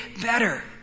better